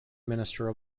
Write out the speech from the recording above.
minister